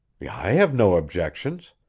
i have no objections.